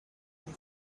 den